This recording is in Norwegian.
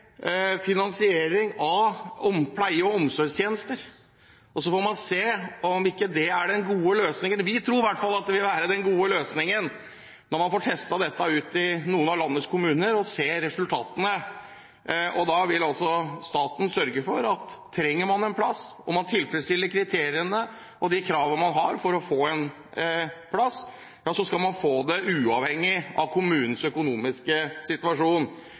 finansiering av pleie- og omsorgstjenester. Så får vi se om ikke det er den gode løsningen. Vi tror i hvert fall at det vil være den gode løsningen når man får testet dette ut i noen av landets kommuner og vi får se resultatene. Da vil staten sørge for at om man trenger en plass og man oppfyller kriteriene og kravene for å få en plass, skal man få det, uavhengig av kommunens økonomiske situasjon.